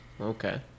Okay